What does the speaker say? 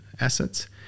assets